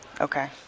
Okay